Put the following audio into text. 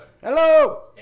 Hello